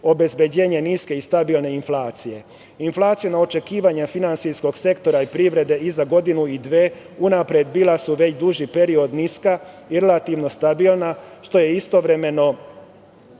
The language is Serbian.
obezbeđenje niske i stabilne inflacija. Inflaciona očekivanja finansijskog sektora i privrede i za godinu i dve unapred bila su već duži period niska i relativno stabilna, što je istovremeno